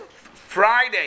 Friday